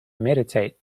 meditate